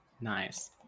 Nice